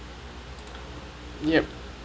yup